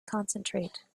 concentrate